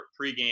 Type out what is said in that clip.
pregame